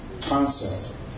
concept